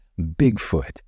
Bigfoot